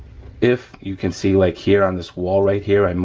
if you can see like here on this wall right here, i mean